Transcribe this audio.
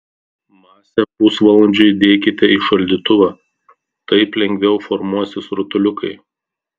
masę pusvalandžiui įdėkite į šaldytuvą taip lengviau formuosis rutuliukai